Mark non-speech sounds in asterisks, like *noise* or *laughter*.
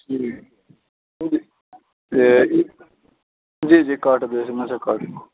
جی *unintelligible* *unintelligible* جی جی کاٹ دو اس میں سے کاٹ دو